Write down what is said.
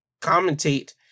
commentate